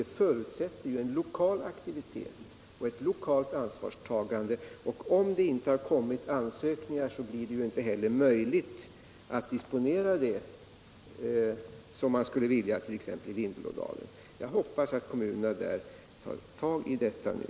En förutsättning här är lokal aktivitet och lokalt ansvarstagande. Om det inte kommit ansökningar blir det inte heller möjligt att disponera anslaget som man skulle vilja it.ex. Vindelådalen. Jag hoppas att kommunerna där tar tag i detta nu.